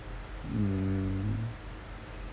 mm